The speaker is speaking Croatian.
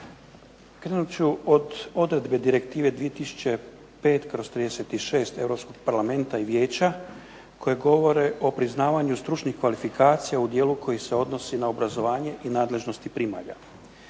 preuzimaju odredbe direktive Europskog Parlamenta i Vijeća o priznavanju stručnih kvalifikacija u dijelu koji se odnose na obrazovanje i nadležnosti primalja.